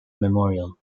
memorial